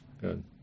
good